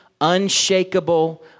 unshakable